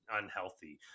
unhealthy